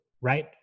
Right